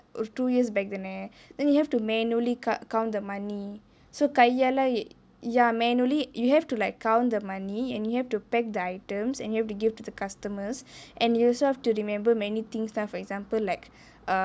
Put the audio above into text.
ஒரு:oru two years back தானே:thaanae then you have to manually count count the money so கையாலே:kaiyaalae ya manually you have to like count the money and you have to pack the items and you have to give to the customers and your also have to remember many things lah for example like err